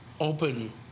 open